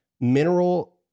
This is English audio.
mineral